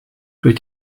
durch